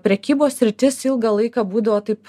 prekybos sritis ilgą laiką būdavo taip